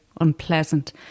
unpleasant